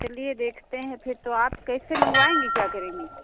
चलिए देखते हैं फिर तो आप कैसे मंगवाएंगी क्या करेंगी